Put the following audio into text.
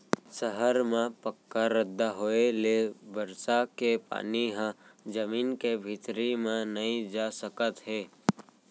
सहर म पक्का रद्दा होए ले बरसा के पानी ह जमीन के भीतरी म नइ जा सकत हे